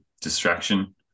distraction